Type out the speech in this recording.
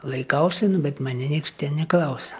laikausi nu bet mane nieks ten neklauso